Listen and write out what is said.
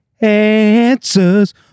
answers